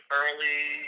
early